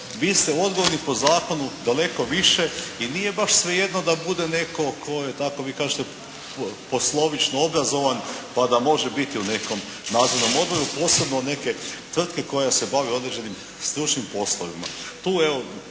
vi ste odgovorni po zakonu daleko više i nije baš svejedno da bude netko tko je tako vi kažete poslovično obrazovan pa da može biti u nekom nadzornom odboru, posebno neke tvrtke koja se bavi određenim stručnim poslovima. Tu evo